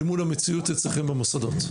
אל מול המציאות אצלכם במוסדות?